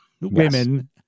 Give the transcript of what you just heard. women